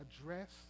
address